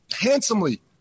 handsomely